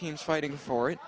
teams fighting for it